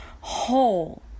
Whole